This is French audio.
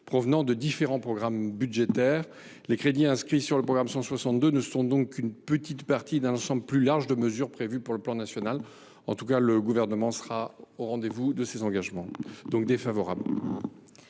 prélèvement sur différents programmes budgétaires. Les crédits inscrits au programme 162 ne sont donc qu’une petite partie d’un ensemble plus large de mesures prévues dans le plan stratégique. Le Gouvernement sera au rendez vous de ses engagements. L’avis est donc défavorable.